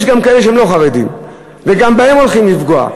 יש גם כאלה שהם לא חרדים, וגם בהם הולכים לפגוע.